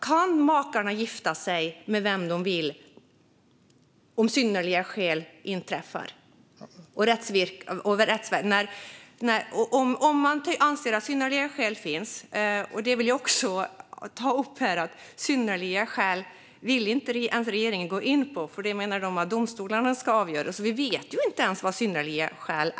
Kan makarna gifta sig med vem de vill om synnerliga skäl finns? Regeringen vill inte ens gå in på synnerliga skäl, för man menar att domstolarna ska avgöra detta. Vi vet alltså inte ens vad synnerliga skäl är.